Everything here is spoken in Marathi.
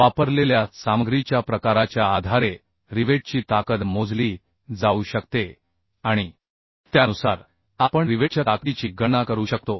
वापरलेल्या सामग्रीच्या प्रकाराच्या आधारे रिवेटची ताकद मोजली जाऊ शकते आणि त्यानुसार आपण रिवेटच्या ताकदीची गणना करू शकतो